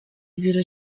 ibiro